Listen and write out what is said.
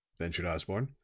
ventured osborne.